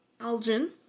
Algin